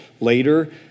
later